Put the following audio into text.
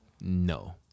No